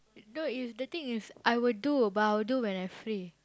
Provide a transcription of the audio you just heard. no it's the thing is I would do but I would do when I free